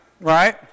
Right